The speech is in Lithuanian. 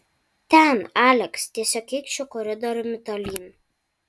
ten aleks tiesiog eik šiuo koridoriumi tolyn